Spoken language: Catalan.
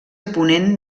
ponent